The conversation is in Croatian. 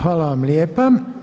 Hvala vam lijepa.